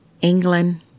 England